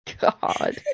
God